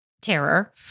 terror